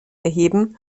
erheben